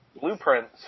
blueprints